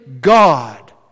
God